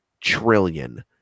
trillion